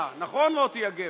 יכולה, נכון, מוטי יוגב?